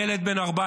ילד בן 14